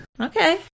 okay